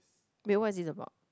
then what is this about